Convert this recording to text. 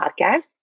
Podcast